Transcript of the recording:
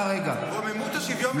"רוממות השוויון בגרונך"?